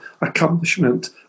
accomplishment